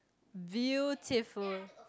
beautiful